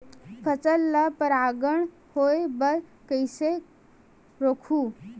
फसल ल परागण होय बर कइसे रोकहु?